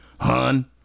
Hun